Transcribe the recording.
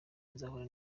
nzahora